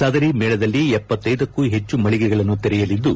ಸದರಿ ಮೇಳದಲ್ಲಿ ಗುಕ್ಕೂ ಹೆಚ್ಚು ಮಳಿಗೆಗಳನ್ನು ತೆರೆಯಲಿದ್ದು